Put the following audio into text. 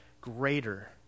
greater